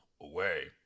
away